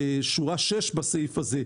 בשורה שש בסעיף הזה,